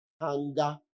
hunger